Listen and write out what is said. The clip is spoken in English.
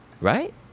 right